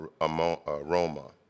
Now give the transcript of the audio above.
aroma